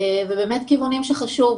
ובאמת כיוונים חשובים.